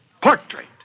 Portrait